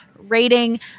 rating